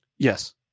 Yes